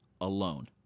alone